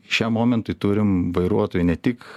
šiam momentui turim vairuotojų ne tik